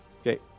Okay